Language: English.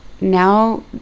now